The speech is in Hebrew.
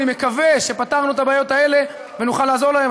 אני מקווה שפתרנו את הבעיות האלה ונוכל לעזור להם.